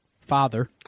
father